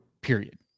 period